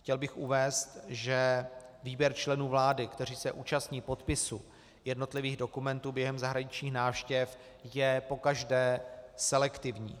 Chtěl bych uvést, že výběr členů vlády, kteří se účastní podpisu jednotlivých dokumentů během zahraničních návštěv, je pokaždé selektivní.